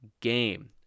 game